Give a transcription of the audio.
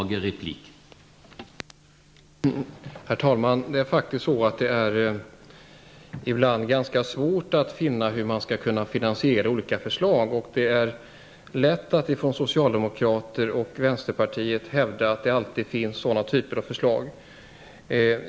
Herr talman! Ibland är det faktiskt ganska svårt att finna sätt att finansiera olika förslag. Det är ibland ganska lätt för socialdemokraterna och vänsterpartiet att hävda att det alltid finns sådana typer av förslag.